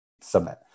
submit